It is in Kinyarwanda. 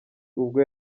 ubwo